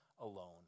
alone